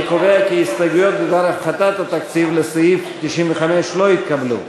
אני קובע כי ההסתייגויות בדבר הפחתת התקציב לסעיף 95 לא התקבלו.